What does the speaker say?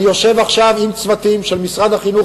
אני יושב עכשיו עם צוותים של משרד החינוך